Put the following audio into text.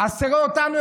אז תראה אותנו,